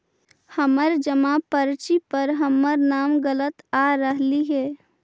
हमर जमा पर्ची पर हमर नाम गलत आ रहलइ हे